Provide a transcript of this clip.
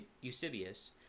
Eusebius